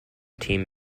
team